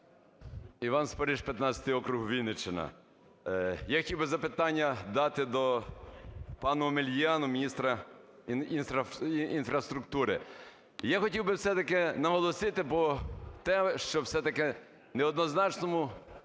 Іван Спориш, 15 округ, Вінниччина. Я хотів би запитання дати пану Омеляну, міністру інфраструктури. Я хотів би все-таки наголосити, бо те, що все-таки в неоднозначному